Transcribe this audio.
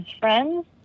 friends